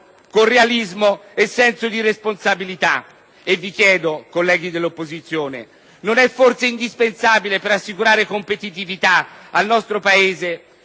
con realismo e senso di responsabilità. Allora vi chiedo, colleghi dell'opposizione: non è forse indispensabile, per assicurare competitività al nostro Paese,